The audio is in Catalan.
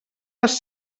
les